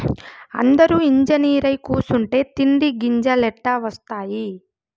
అందురూ ఇంజనీరై కూసుంటే తిండి గింజలెట్టా ఒస్తాయి